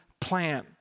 plan